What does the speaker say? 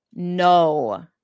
No